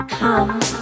come